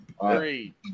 Three